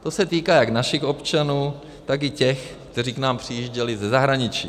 To se týká jak našich občanů, tak i těch, kteří k nám přijížděli ze zahraničí.